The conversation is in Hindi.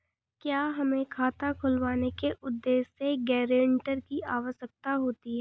क्या हमें खाता खुलवाने के उद्देश्य से गैरेंटर की आवश्यकता होती है?